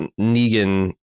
Negan